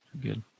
good